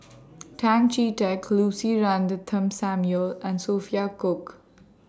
Tan Chee Teck Lucy Ratnammah Samuel and Sophia Cooke